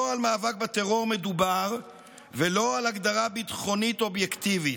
הלוא לא על מאבק בטרור מדובר ולא על הגדרה ביטחונית אובייקטיבית,